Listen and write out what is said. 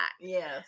Yes